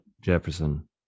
Jefferson